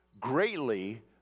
greatly